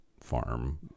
farm